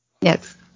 Yes